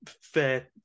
fair